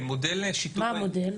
מה המודל?